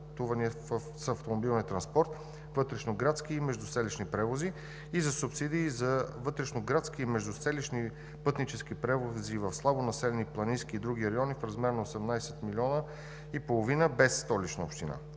за пътувания с автомобилния транспорт – вътрешноградски и междуселищни превози, и за субсидии за вътрешноградски и междуселищни пътнически превози в слабонаселени планински и други райони в размер на 18,5 млн. лв., без Столична община.